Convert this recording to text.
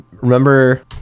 remember